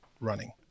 running